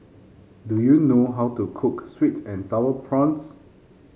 do you know how to cook sweet and sour prawns